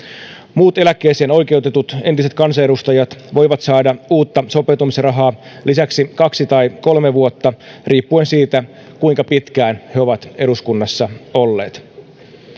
muut eläkkeeseen oikeutetut entiset kansanedustajat voivat saada uutta sopeutumisrahaa kaksi tai kolme vuotta riippuen siitä kuinka pitkään he ovat eduskunnassa olleet